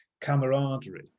camaraderie